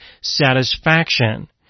satisfaction